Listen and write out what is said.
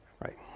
right